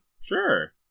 Sure